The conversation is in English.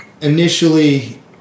initially